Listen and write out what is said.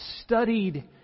studied